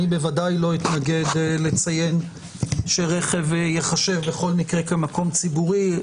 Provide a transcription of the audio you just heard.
אני בוודאי לא אתנגד לציין שרכב ייחשב בכל מקרה כמקום ציבורי.